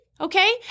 Okay